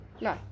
No